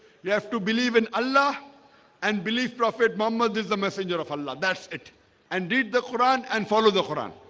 you have to believe in allah and believe prophet muhammad is the messenger of allah that's it and read the quran and follow the quran